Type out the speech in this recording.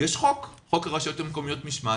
יש חוק הרשויות המקומיות (משמעת),